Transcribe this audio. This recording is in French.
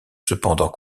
cependant